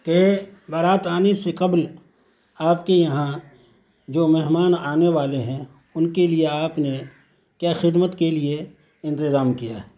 کہ بارات آنے سے قبل آپ کے یہاں جو مہمان آنے والے ہیں ان کے لیے آپ نے کیا خدمت کے لیے انتظام کیا ہے